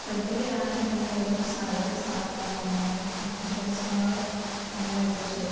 ഫ്രിഡ്ജിൽ ആണെണെങ്കിൽ തന്നെ ഒരു ഏത് സാധനമാണെന്ന് പറഞ്ഞാലും ഒത്തിരി ദിവസങ്ങൾ അങ്ങനെ വച്ചു